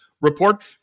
report